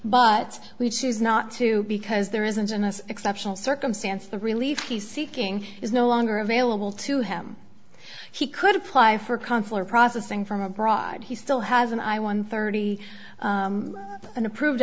but we choose not to because there isn't an exceptional circumstance the relief he seeking is no longer available to him he could apply for consular processing from abroad he still has an i one thirty an approved